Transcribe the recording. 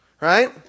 Right